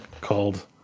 called